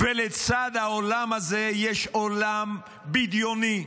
ולצד העולם הזה יש עולם בדיוני,